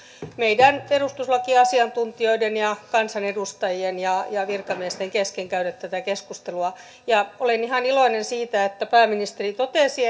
meidän perustuslakiasiantuntijoiden ja kansanedustajien ja ja virkamiesten kesken käydä tätä keskustelua ja olen ihan iloinen siitä että pääministeri totesi